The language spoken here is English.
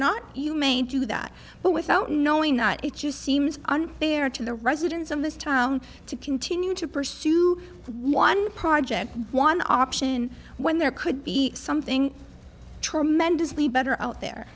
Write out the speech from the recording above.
not you mayn't do that but without knowing that it just seems unfair to the residents of this town to continue to pursue one project one option when there could be something tremendously better out there